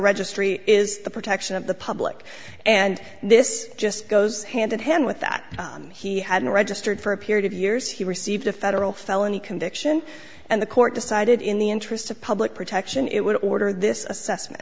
registry is the protection of the public and this just goes hand in hand with that he hadn't registered for a period of years he received a federal felony conviction and the court decided in the interest of public protection it would order this assessment